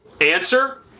Answer